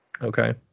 Okay